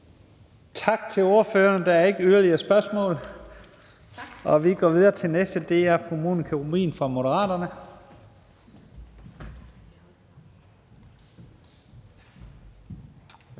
Tak til ordføreren. Der er ikke yderligere spørgsmål. Vi går videre til den næste, og det er fru Monika Rubin fra Moderaterne.